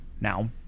Now